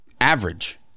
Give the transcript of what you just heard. average